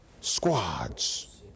squads